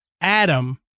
adam